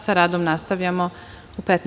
Sa radom nastavljamo u 15.